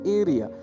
area